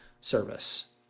service